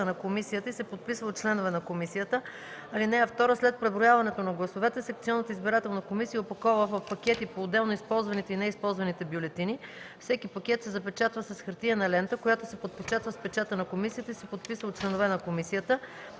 на комисията и се подписва от членове на комисията. (2) След преброяването на гласовете секционната избирателна комисия опакова в пакети поотделно използваните и неизползваните бюлетини. Всеки пакет се запечатва с хартиена лента, която се подпечатва с печата на комисията и се подписва от членове на комисията.